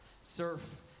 Surf